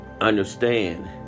understand